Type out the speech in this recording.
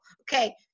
okay